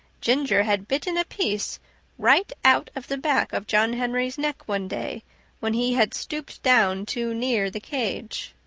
ginger had bitten a piece right out of the back of john henry's neck one day when he had stooped down too near the cage.